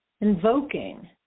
invoking